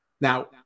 Now